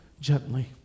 gently